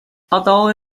although